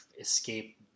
escape